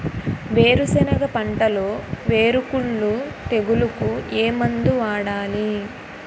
వేరుసెనగ పంటలో వేరుకుళ్ళు తెగులుకు ఏ మందు వాడాలి?